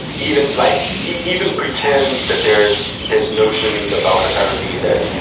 even like even pretend that there's this notion about photography that